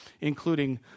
including